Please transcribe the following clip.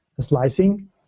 slicing